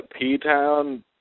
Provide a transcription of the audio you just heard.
P-Town